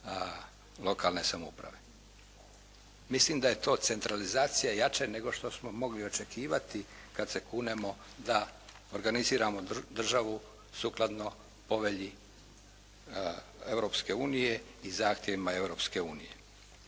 lokalne samouprave. Mislim da je to centralizacija jače nego što smo mogli očekivati kad se kunemo da organiziramo državu sukladno povelji Europske unije i zahtjevima Europske unije.